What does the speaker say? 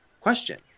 question